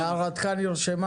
סמי, הערתך נרשמה